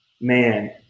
man